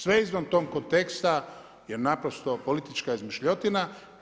Sve izvan tog konteksta je naprosto politička izmišljotina.